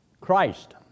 Christ